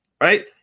right